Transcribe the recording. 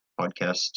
podcast